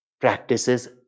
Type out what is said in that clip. practices